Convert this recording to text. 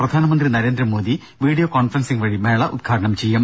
പ്രധാനമന്ത്രി Narendra Modi video conferencing വഴി മേള ഉദ്ഘാടനം ചെയ്യും